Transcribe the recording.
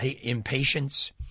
impatience